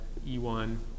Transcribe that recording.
E1